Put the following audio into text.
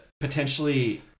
potentially